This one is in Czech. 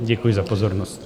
Děkuji za pozornost.